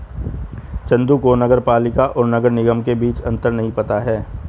चंदू को नगर पालिका और नगर निगम के बीच अंतर नहीं पता है